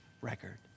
record